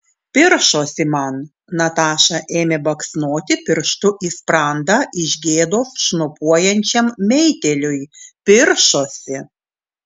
piršosi man nataša ėmė baksnoti pirštu į sprandą iš gėdos šnopuojančiam meitėliui piršosi